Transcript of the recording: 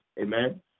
Amen